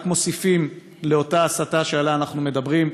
רק מוסיפים לאותה הסתה שעליה אנחנו מדברים.